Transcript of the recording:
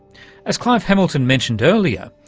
as clive hamilton mentioned earlier,